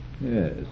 Yes